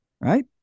Right